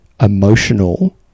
emotional